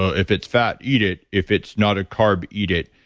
ah if it's fat, eat it. if it's not a carb, eat it.